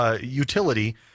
utility